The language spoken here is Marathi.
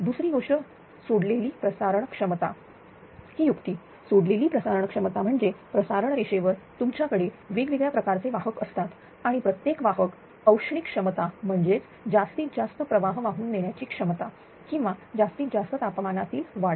दुसरी गोष्ट सोडलेली प्रसारण क्षमता ही युक्तीसोडलेली प्रसारण क्षमता म्हणजे प्रसारण रेषेवर तुमच्याकडे वेगवेगळ्या प्रकारचे वाहक असतात आणि प्रत्येक वाहक औष्णिक क्षमता म्हणजेच जास्तीत जास्त प्रवाह वाहून नेण्याची क्षमता किंवा जास्तीत जास्त तापमानातील वाढ